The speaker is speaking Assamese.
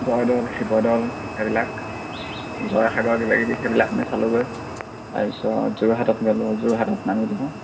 জয়দোল শিৱদৌল সেইবিলাক জয়সাগৰ কিবাকিবি সেইবিলাক আমি চালোঁগৈ তাৰপিছত যোৰহাটত কি পালোঁ যোৰহাটত নামিলোঁ